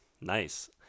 Nice